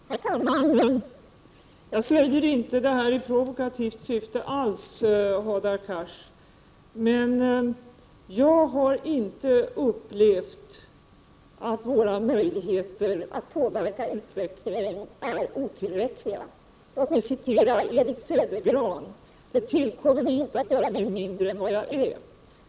Herr talman! Jag säger inte detta i provokativt syfte, Hadar Cars. Men jag har inte upplevt att våra möjligheter att påverka utvecklingen är otillräckliga. Låt mig säga som Edith Södergran: Det tillkommer mig inte att göra mig mindre än jag är.